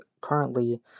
currently